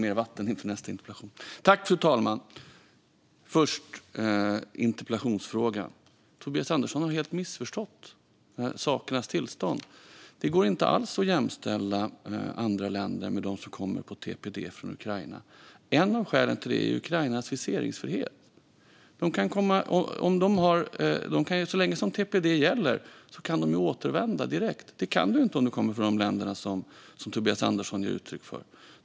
Fru talman! Först när det gäller frågan i interpellationen har Tobias Andersson helt missförstått sakernas tillstånd. Det går inte alls att jämställa människor som kommer från andra länder med dem som kommer genom TPD från Ukraina. Ett av skälen till det är Ukrainas viseringsfrihet. Så länge TPD gäller kan ukrainare återvända direkt. Det kan man inte om man kommer från de länder som Tobias Andersson tar upp.